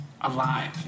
alive